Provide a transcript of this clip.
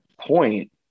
point